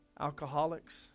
alcoholics